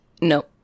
no